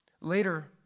Later